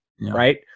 right